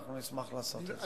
אנחנו נשמח לעשות את זה.